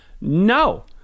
no